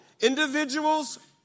Individuals